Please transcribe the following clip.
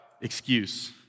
Excuse